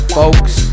folks